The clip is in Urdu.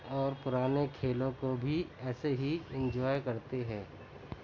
اور پرانے کھیلوں کو بھی ایسے ہی انجوائے کرتے ہیں